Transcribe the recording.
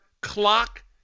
clock